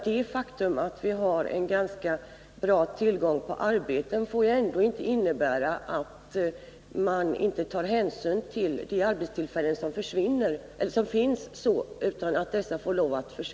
Det faktum att vi har en relativt god tillgång på arbeten får därför inte innebära att man inte slår vakt om de arbetstillfällen som finns.